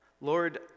Lord